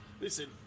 listen